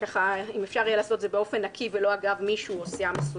אם אפשר יהיה לעשות את זה באופן נקי ולא אגב מישהו או סיעה מסוימת.